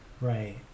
Right